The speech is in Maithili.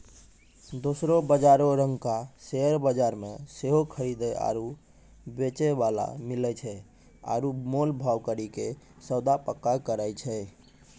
दोसरो बजारो रंगका शेयर बजार मे सेहो खरीदे आरु बेचै बाला मिलै छै आरु मोल भाव करि के सौदा पक्का करै छै